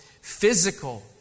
physical